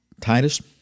Titus